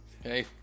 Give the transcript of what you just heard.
Hey